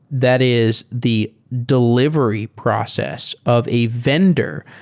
that is the delivery process of a vendor,